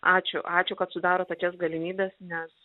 ačiū ačiū kad sudarot tokias galimybes nes